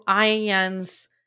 IAN's